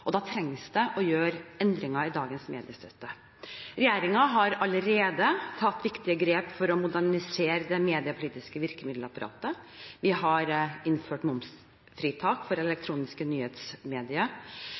Da trengs det å gjøres endringer i dagens mediestøtte. Regjeringen har allerede tatt viktige grep for å modernisere det mediepolitiske virkemiddelapparatet. Vi har innført momsfritak for